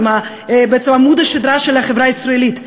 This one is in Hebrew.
עם עמוד השדרה של החברה הישראלית.